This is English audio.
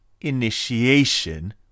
initiation